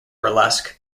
burlesque